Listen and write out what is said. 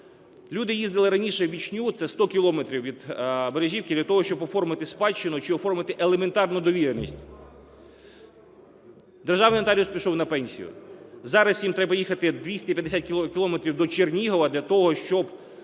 люди їздили раніше в Ічню – це 100 кілометрів від Бережівки для того, щоб оформити спадщину чи оформити елементарну довіреність. Державний нотаріус пішов на пенсію, зараз їм треба їхати 250 кілометрів до Черніговадля того, щоби